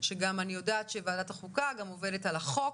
שגם אני יודעת שוועדת החוקה עובדת על החוק,